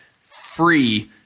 free